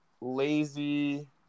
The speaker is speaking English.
lazy